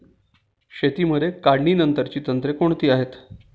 शेतीमध्ये काढणीनंतरची तंत्रे कोणती आहेत?